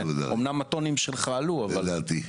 טוב.